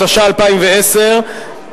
התשע"א 2010,